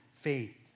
faith